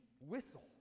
whistle